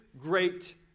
great